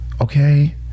Okay